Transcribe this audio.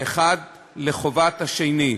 האחד לחובת השני,